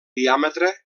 diàmetre